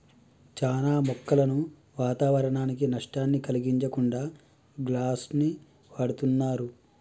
చానా మొక్కలను వాతావరనానికి నష్టాన్ని కలిగించకుండా గ్లాస్ను వాడుతున్నరు